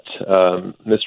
Mr